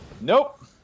Nope